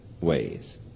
ways